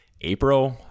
April